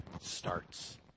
starts